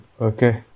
Okay